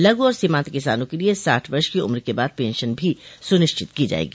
लघु और सीमान्त किसानों के लिए साठ वर्ष की उम्र के बाद पेंशन भी सुनिश्चित की जाएगी